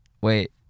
wait